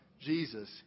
Jesus